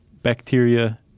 bacteria